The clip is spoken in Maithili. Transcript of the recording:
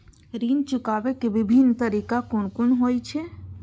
ऋण चुकाबे के विभिन्न तरीका कुन कुन होय छे?